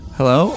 Hello